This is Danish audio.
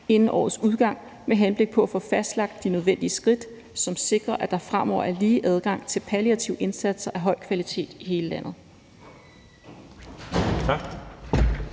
inden årets udgang med henblik på at få fastlagt de nødvendige skridt, som sikrer, at der fremover bliver lige adgang til palliative indsatser af høj kvalitet i hele landet.«